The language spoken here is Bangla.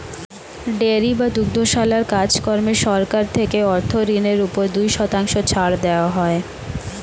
ডেয়ারি বা দুগ্ধশালার কাজ কর্মে সরকার থেকে অর্থ ঋণের উপর দুই শতাংশ ছাড় দেওয়া হয়